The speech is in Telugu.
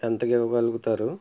ఎంతకివ్వగలుగుతారు